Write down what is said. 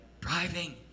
driving